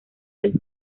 del